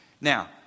Now